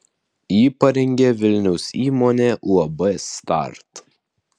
jį parengė vilniaus įmonė uab start